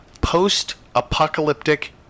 post-apocalyptic